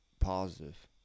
positive